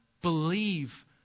believe